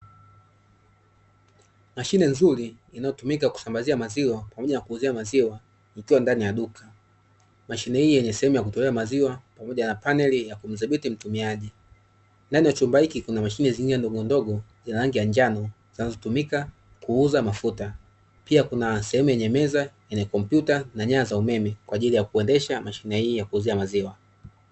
Mashine nzuri inayotumika kusambazia maziwa pamoja na kuuzia maziwa ikiwa ndani ya duka. Mashine hii yenye sehemu ya kutolea maziwa pamoja na paneli ya kumdhibiti mtumiaji. Ndani ya chumba hiki kuna mashine nyingine ndogondogo zenye rangi ya njano zinazotumika kuuza mafuta. Pia kuna sehemu yenye meza yenye kompyuta na nyaya za umeme kwa ajili ya kuendesha mashine hii ya kuuzia maziwa.